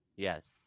Yes